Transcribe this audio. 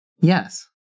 Yes